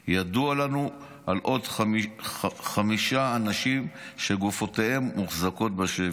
ידוע לנו על עוד חמישה אנשים שגופותיהם מוחזקות בשבי.